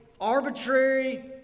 arbitrary